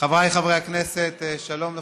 חבריי חברי הכנסת, שלום לכולם.